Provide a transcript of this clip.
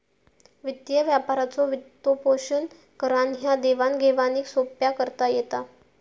वित्तीय व्यापाराचो वित्तपोषण करान ह्या देवाण घेवाणीक सोप्पा करता येता